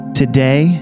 today